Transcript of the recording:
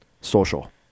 Social